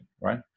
right